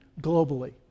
globally